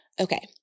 okay